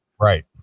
right